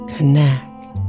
Connect